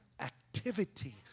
activity